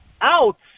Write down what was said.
out